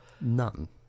None